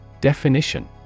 Definition